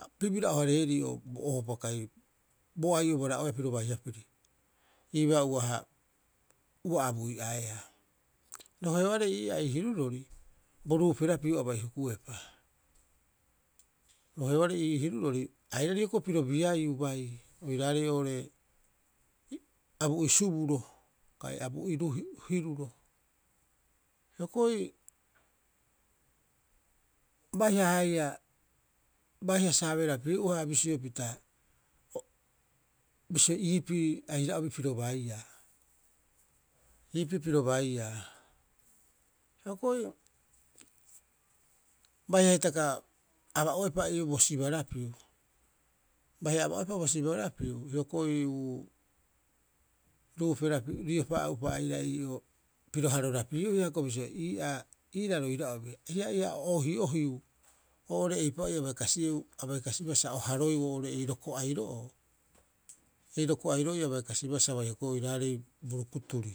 A bibira'o- hareeri bo ohopa kai boai'o bara'oeaa pirio baiha piri iibaa uaha abu'iaea. Roheoarei iiaa ii irurori bo ruuperapiu abai hukuepa roheoarei ii hirurori airari piro biaiiu bai oiraarei oo'ore abu'i suburo kai abu'i hiruro. Hioko'i baiha haia baiha sabeerapiu'aha bisio pita bisio iipii aira'obi piro baiia iipii piro baiia. Hioko'i baiha hitaka aba'oepa ii'oo bo sibarapiu, baiha aba'oepa bo sibarapiu, hioko'i uu, ruuperapi riopa'upa aira ii'oo piro harorapiiua hioko'i bisio iiraa iira roira'obi, ii'aa ia o ohi'ohiu oo'ore eipa'oo ia abai kasibaa sa o harooeu ei roko'aro'oo ei roko'aro'oo ia bai kasibaa sa bai hokoeeu oiraarei bo rukuturi.